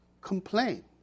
Complain